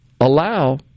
allow